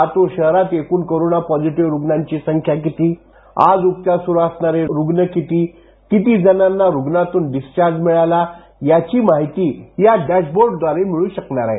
लातूर शहरात एकूण corona positive रुग्णांची संख्या किती आहे आज उपचार सुरू असणारे रुग्ण किती किती जणांना रुग्णालयातून डिस्चार्ज मिळाला याची माहिती या डॅशबोर्ड द्वारे मिळू शकणार आहे